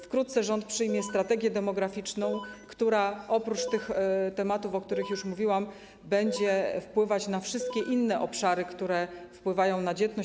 Wkrótce rząd przyjmie ˝Strategię demograficzną˝, która oprócz tych tematów, o których już mówiłam, będzie wpływać na wszystkie inne obszary, które wpływają na dzietność.